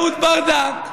אהוד ברדק,